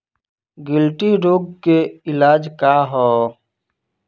गिल्टी रोग के इलाज का ह?